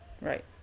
Right